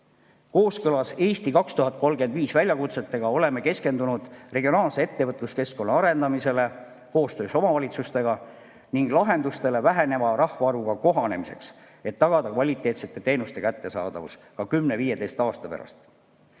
Kooskõlas "Eesti 2035" sihtidega oleme keskendunud regionaalse ettevõtluskeskkonna arendamisele koostöös omavalitsustega ning lahendustele väheneva rahvaarvuga kohanemiseks, et tagada kvaliteetsete teenuste kättesaadavus ka 10–15 aasta pärast.